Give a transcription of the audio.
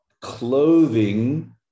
clothing